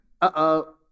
uh-oh